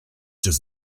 does